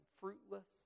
fruitless